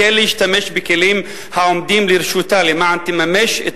כן להשתמש בכלים העומדים לרשותה למען תממש את